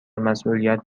مسئولیت